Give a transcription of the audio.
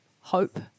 hope